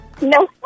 No